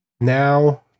now